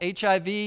HIV